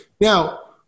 Now